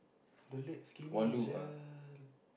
the leg skinny sia